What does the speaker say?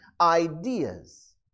ideas